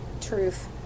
Truth